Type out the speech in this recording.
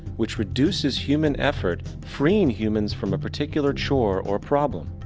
which reduces human effort, freeing humans from a particular chore or problem.